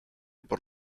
por